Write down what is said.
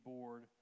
Board